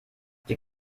sie